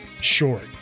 short